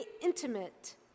intimate